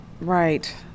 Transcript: right